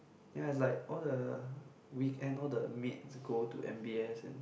ya is like all the weekend all the maids go to m_b_s and